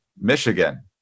Michigan